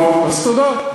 טוב, אז תודה.